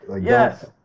Yes